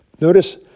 Notice